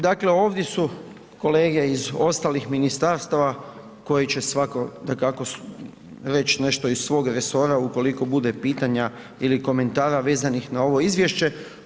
Dakle, ovdje su kolege iz ostalih ministarstva koji će dakako reći nešto iz svog resora ukoliko bude pitanja ili komentara vezanih na ovo izvješće.